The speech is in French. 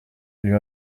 lui